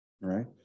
right